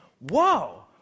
whoa